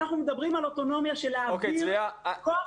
אנחנו מדברים על אוטונומיה שלהעביר כוח